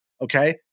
okay